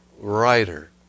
writer